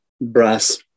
brass